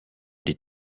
des